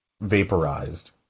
vaporized